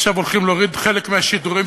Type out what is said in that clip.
עכשיו הולכים להוריד חלק מהשידורים,